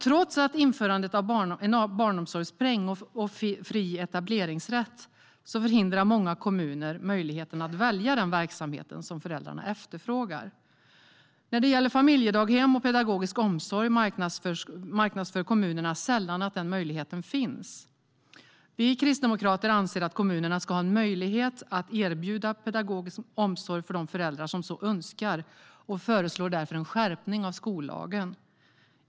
Trots införandet av en barnomsorgspeng och fri etableringsrätt förhindrar många kommuner möjligheten att välja den verksamhet som föräldrarna efterfrågar. När det gäller familjedaghem och pedagogisk omsorg marknadsför kommunerna sällan att dessa möjligheter finns. Vi kristdemokrater anser att kommunerna ska ha en skyldighet att erbjuda pedagogisk omsorg för de föräldrar som så önskar. Därför föreslår vi en skärpning av skollagen.